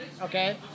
Okay